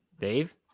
Dave